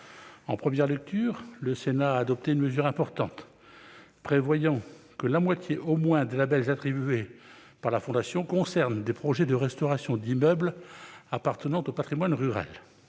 En première lecture, le Sénat a adopté une mesure importante prévoyant que la moitié au moins des labels attribués par la Fondation doive concerner des projets de restauration d'immeubles appartenant au patrimoine rural.